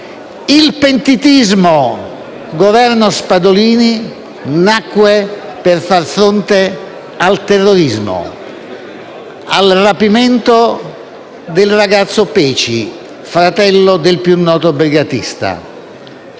Il pentitismo (Governo Spadolini) nacque per far fronte al terrorismo, al rapimento del ragazzo Peci, fratello del più noto brigatista